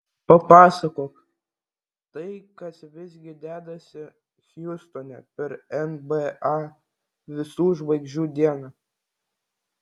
papasakok tai kas visgi dedasi hjustone per nba visų žvaigždžių dieną